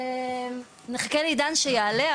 נחכה לעידן, שיעלה,